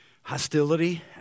hostility